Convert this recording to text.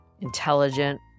intelligent